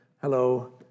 Hello